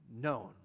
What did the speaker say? known